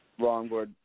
longboard